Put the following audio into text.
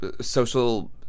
social